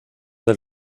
del